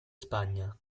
spagna